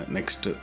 Next